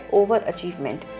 overachievement